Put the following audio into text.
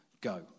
go